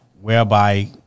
whereby